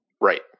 Right